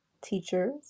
teachers